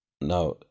Now